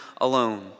alone